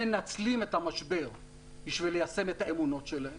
מנצלים את המשבר כדי ליישם את האמונות שלהם.